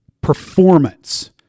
performance